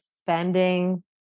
spending